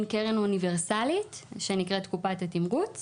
קרן אוניברסלית שנקראת קופת התמרוץ